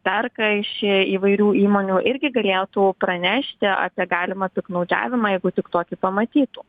perka iš įvairių įmonių irgi galėtų pranešti apie galimą piktnaudžiavimą jeigu tik tokį pamatytų